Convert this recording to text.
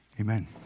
amen